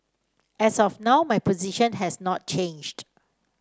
as of now my position has not changed